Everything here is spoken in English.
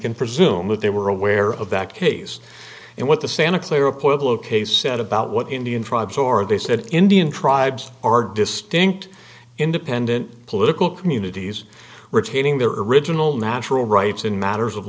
can presume that they were aware of that case and what the santa clara political ok said about what indian tribes are they said indian tribes are distinct independent political communities retaining their original natural rights in matters of